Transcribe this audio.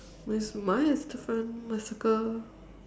means mine is different I circle